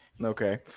Okay